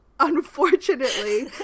Unfortunately